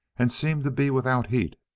and seemed to be without heat.